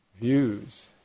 Views